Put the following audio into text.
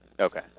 Okay